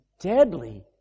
deadly